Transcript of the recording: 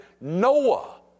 Noah